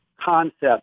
concept